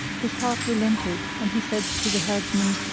his heart relented and he said to the herdsman,